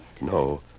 No